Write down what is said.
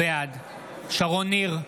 בעד שרון ניר,